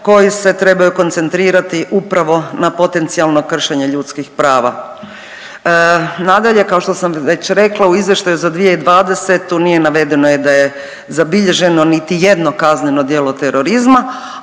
koji se trebaju koncentrirati upravo na potencijalno kršenje ljudskih prava. Nadalje, kao što sam već rekla u izvještaju za 2020. nije navedeno je da je zabilježeno niti jedno kazneno djelo terorizma,